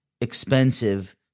expensive